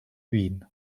wien